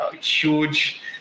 huge